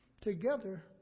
together